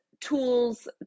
tools